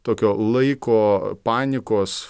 tokio laiko panikos